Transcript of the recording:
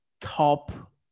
top